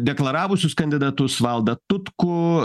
deklaravusius kandidatus valdą tutkų